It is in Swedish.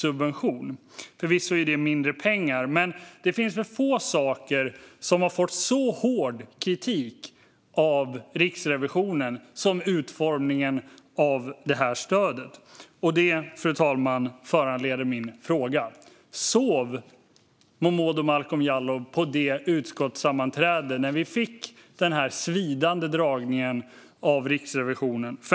Det handlar förvisso om mindre pengar, men det finns väl få saker som har fått så hård kritik av Riksrevisionen som utformningen av det här stödet. Detta, fru talman, föranleder min fråga: Sov Momodou Malcolm Jallow på det utskottssammanträde där vi fick den här svidande dragningen av Riksrevisionen?